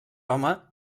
home